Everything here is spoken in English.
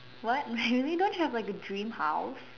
what really don't you have like a dream house